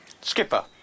Skipper